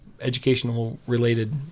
educational-related